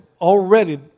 already